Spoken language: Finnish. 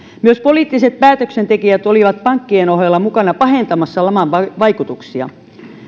myös poliittiset päätöksentekijät olivat pankkien ohella mukana pahentamassa laman vaikutuksia